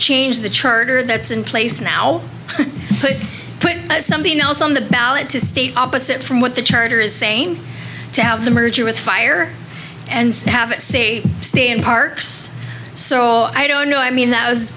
change the charter that's in place now but put something else on the ballot to state opposite from what the charter is saying to have the merger with fire and have a say in parks so i don't know i mean that was